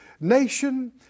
nation